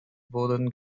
wurden